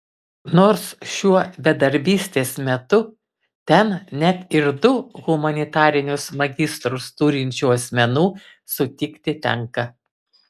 nors šiuo bedarbystės metu ten net ir du humanitarinius magistrus turinčių asmenų sutikti tenka